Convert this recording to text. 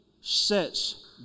sets